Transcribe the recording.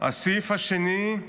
הסעיף השני: